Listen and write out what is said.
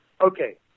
okay